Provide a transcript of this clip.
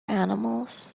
animals